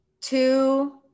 Two